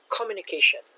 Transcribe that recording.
communication